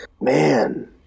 Man